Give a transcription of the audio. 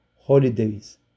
holidays